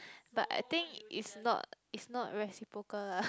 but I think it's not it's not reciprocal lah